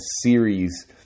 series